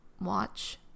watch